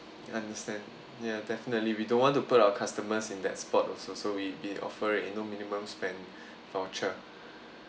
understand ya definitely we don't want to put our customers in that spot also so we we offer it with no minimum spend voucher